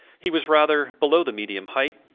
he was rather below the medium height,